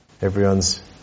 Everyone's